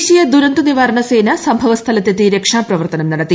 ദേശീയ ദുരന്തനിവാരണ സേന സംഭവ സ്ഥലത്തെത്തി രക്ഷാപ്രവർത്തനം നടത്തി